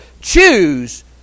choose